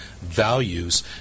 values